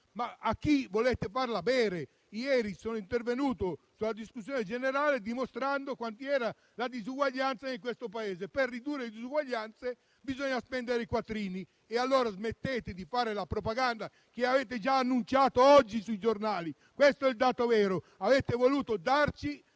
Ma a chi volete darla a bere? Ieri sono intervenuto in discussione generale, dimostrando quanto grandi siano le disuguaglianze in questo Paese. Per ridurre le disuguaglianze bisogna spendere i quattrini. E allora smettete di fare la propaganda che avete già annunciato oggi sui giornali! Questo è il dato vero: avete voluto dare